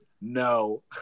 No